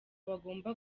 bagomba